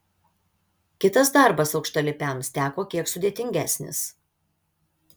kitas darbas aukštalipiams teko kiek sudėtingesnis